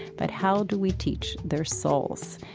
but how do we teach their souls?